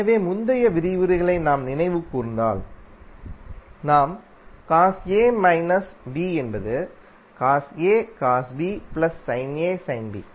எனவே முந்தைய விரிவுரைகளை நாம் நினைவு கூர்ந்தால் நாம் காஸ் A மைனஸ் B என்பது cos A cos B plus sine A sine B